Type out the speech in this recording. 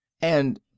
And—